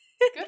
Good